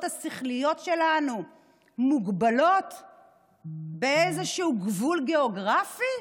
השכליות שלנו מוגבלים באיזשהו גבול גיאוגרפי?